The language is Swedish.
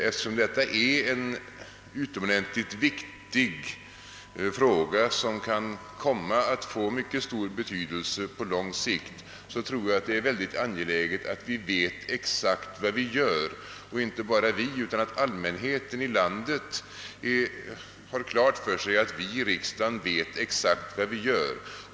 Eftersom detta är en utomordentligt viktig fråga, som kan komma att få mycket stor betydelse på lång sikt, tror jag att det är synnerligen angeläget att vi vet exakt vad vi gör — och inte bara vi själva utan även allmänheten bör ha klart för sig att vi i riksdagen vet exakt vad vi gör.